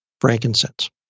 frankincense